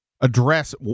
address